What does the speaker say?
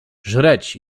żreć